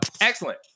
Excellent